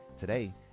Today